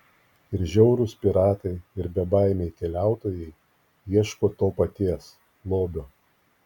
ir žiaurūs piratai ir bebaimiai keliautojai ieško to paties lobio